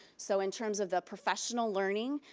so in terms of the professional learning,